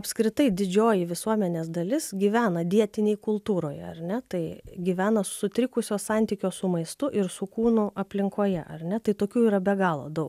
apskritai didžioji visuomenės dalis gyvena dietinėj kultūroje ar ne tai gyvena sutrikusio santykio su maistu ir su kūnu aplinkoje ar ne tai tokių yra be galo daug